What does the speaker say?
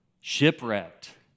shipwrecked